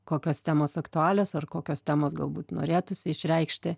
kokios temos aktualios ar kokios temos galbūt norėtųsi išreikšti